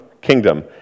kingdom